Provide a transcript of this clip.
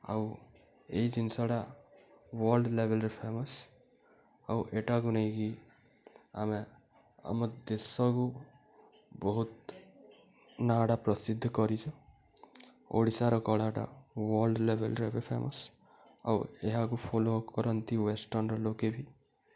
ଆଉ ଏଇ ଜିନିଷଟା ୱାର୍ଲଡ ଲେଭେଲରେ ଫେମସ୍ ଆଉ ଏଟାକୁ ନେଇକି ଆମେ ଆମ ଦେଶକୁ ବହୁତ ନାଁଟା ପ୍ରସିଦ୍ଧ କରିଛୁ ଓଡ଼ିଶାର କଳାଟା ୱାର୍ଲ୍ଡ ଲେଭେଲରେ ବି ଫେମସ୍ ଆଉ ଏହାକୁ ଫଲୋ କରନ୍ତି ୱେଷ୍ଟର୍ନର ଲୋକେ ବି